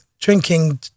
drinking